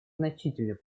значительный